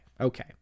okay